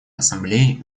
ассамблеи